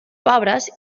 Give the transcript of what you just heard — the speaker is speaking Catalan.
pobres